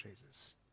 Jesus